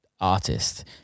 artist